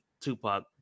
Tupac